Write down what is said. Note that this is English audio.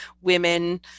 women